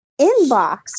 inbox